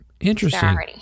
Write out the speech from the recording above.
Interesting